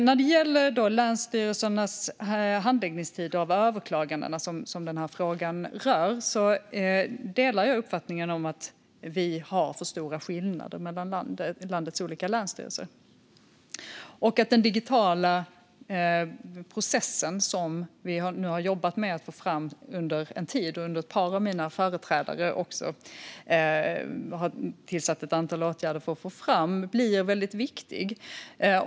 När det gäller länsstyrelsernas handläggningstider eller överklagandena, som frågan rör, delar jag uppfattningen att vi har för stora skillnader mellan landets olika länsstyrelser. Den digitala process som vi under en tid har jobbat med att ta fram - ett par av mina företrädare har vidtagit ett antal åtgärder i det syftet - blir väldigt viktig.